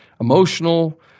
emotional